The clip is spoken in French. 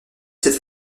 cette